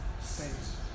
saints